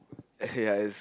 ya it's